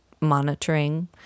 monitoring